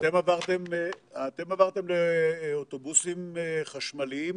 אבל אתם עברתם לאוטובוסים חשמליים